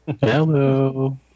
Hello